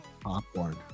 Popcorn